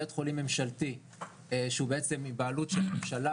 בית חולים ממשלתי שהוא בעצם מבעלות של ממשלה